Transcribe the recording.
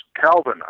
Calvin